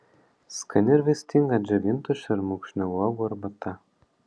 skani ir vaistinga džiovintų šermukšnio uogų arbata